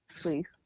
please